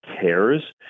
cares